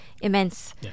immense